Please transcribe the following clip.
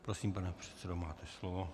Prosím, pane předsedo, máte slovo.